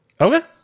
Okay